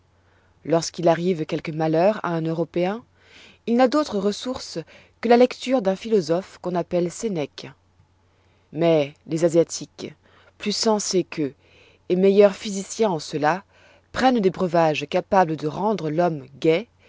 lorsqu'il arrive quelque malheur à un européen il n'a d'autre ressource que la lecture d'un philosophe qu'on appelle sénèque mais les asiatiques plus sensés qu'eux et meilleurs physiciens en cela prennent des breuvages capables de rendre l'homme gai